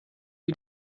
you